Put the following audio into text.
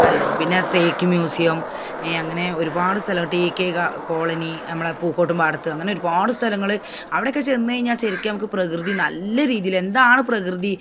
നല്ലത് പിന്നെ തേക്ക് മ്യൂസിയം ഏ അങ്ങനെ ഒരുപാട് സ്ഥലമോ ടിക്കേകാ കോളനി അമ്മളെ പോക്കോട്ടും പാടത്ത് അങ്ങനെ ഒരുപാട് സ്ഥലങ്ങൾ അവിടെയൊക്കെ ചെന്ന് കഴിഞ്ഞാൽ ശരിക്കും അമക്ക് പ്രകൃതി നല്ല രീതിയിൽ എന്താണ് പ്രകൃതി